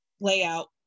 layout